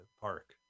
park